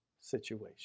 situation